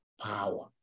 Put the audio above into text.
power